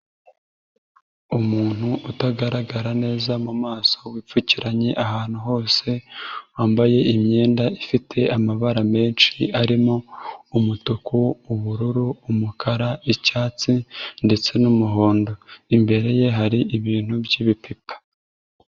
Umuntu utagaragara neza mu maso wipfukiranye ahantu hose wambaye imyenda ifite amabara menshi arimo umutuku, ubururu, umukara, icyatsi, ndetse n'umuhondo imbere ye hari ibintu by'ibipipa.